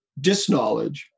disknowledge